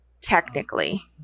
technically